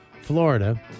Florida